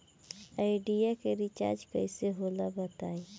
Idea के recharge कइसे होला बताई?